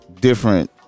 Different